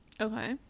Okay